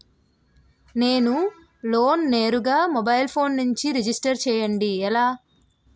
నేను లోన్ నేరుగా mobile phone నుంచి రిజిస్టర్ చేయండి ఎలా?